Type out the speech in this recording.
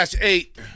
eight